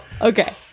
Okay